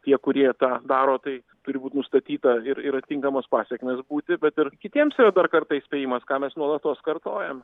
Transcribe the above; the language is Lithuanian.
tie kurie tą daro tai turi būt nustatyta ir ir atitinkamos pasekmės būti bet ir kitiems yra dar kartą įspėjimas ką mes nuolatos kartojam